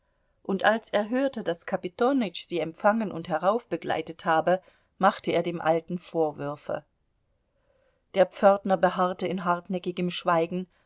und als er hörte daß kapitonütsch sie empfangen und heraufbegleitet habe machte er dem alten vorwürfe der pförtner beharrte in hartnäckigem schweigen